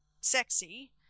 sexy